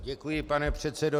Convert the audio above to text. Děkuji, pane předsedo.